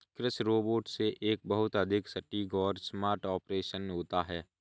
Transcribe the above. कृषि रोबोट से एक बहुत अधिक सटीक और स्मार्ट ऑपरेशन होता है